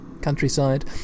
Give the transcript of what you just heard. Countryside